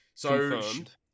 Confirmed